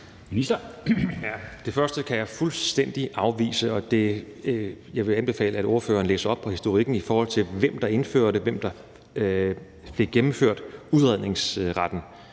Det første kan jeg fuldstændig afvise, og jeg vil anbefale, at ordføreren læser op på historikken, i forhold til hvem der indførte og hvem der fik gennemført udredningsretten.